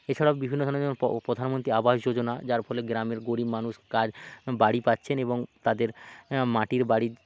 এছাড়াও বিভিন্ন ধরনের যেমন প্রধানমন্ত্রী আবাস যোজনা যার ফলে গ্রামের গরীব মানুষ তার বাড়ি পাচ্ছেন এবং তাদের মাটির বাড়ির